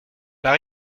par